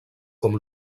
com